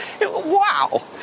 wow